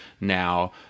now